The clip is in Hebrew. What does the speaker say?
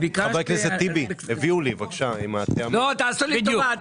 בוקר טוב לכולם.